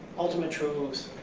ultimate truths,